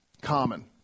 common